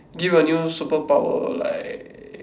give you a new superpower like